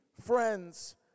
friends